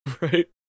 Right